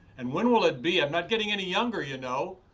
and when will it be? i'm not getting any younger, you know,